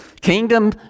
kingdom